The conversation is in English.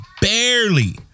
barely